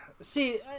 See